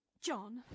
John